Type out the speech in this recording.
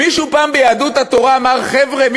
מישהו ביהדות התורה פעם אמר: חבר'ה,